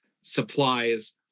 supplies